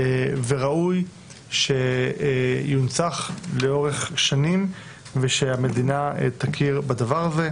וראוי שיונצח לאורך שנים ושהמדינה תכיר בדבר הזה,